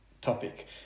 topic